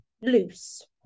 loose